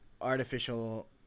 artificial